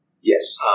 Yes